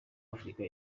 afrika